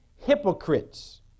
hypocrites